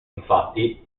infatti